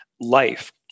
life